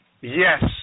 yes